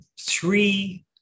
three